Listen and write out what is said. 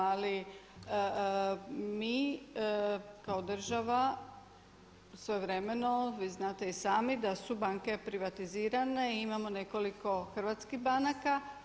Ali mi kao država svojevremeno vi znate i sami da su banke privatizirane i imamo nekoliko hrvatskih banaka.